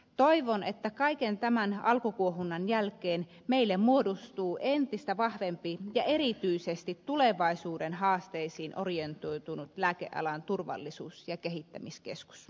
toivon että kaiken tämän alkukuohunnan jälkeen meille muodostuu entistä vahvempi ja erityisesti tulevaisuuden haasteisiin orientoitunut lääkealan turvallisuus ja kehittämiskeskus